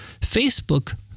Facebook